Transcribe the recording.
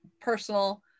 personal